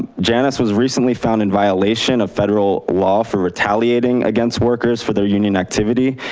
janus was recently found in violation of federal law for retaliating against workers for their union activity,